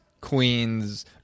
Queens